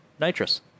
Nitrous